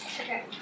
Okay